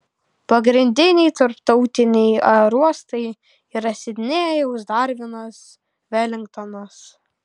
pagrindiniai tarptautiniai aerouostai yra sidnėjus darvinas velingtonas